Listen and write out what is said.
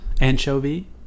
anchovy